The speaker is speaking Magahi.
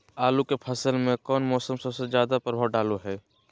आलू के फसल में कौन मौसम सबसे ज्यादा प्रभाव डालो हय?